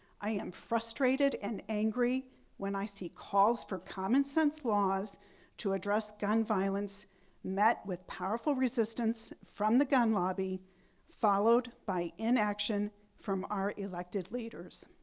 i am frustrated and angry when i see calls for common sense laws to address gun violence met with powerful resistance from the gun lobby followed by inaction from our elected leaders.